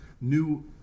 new